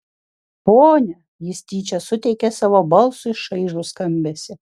ponia jis tyčia suteikė savo balsui šaižų skambesį